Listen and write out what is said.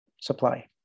supply